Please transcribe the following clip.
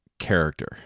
character